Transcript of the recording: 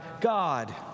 God